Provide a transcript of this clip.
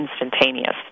instantaneous